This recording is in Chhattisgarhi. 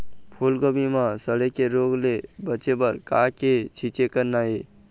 फूलगोभी म सड़े के रोग ले बचे बर का के छींचे करना ये?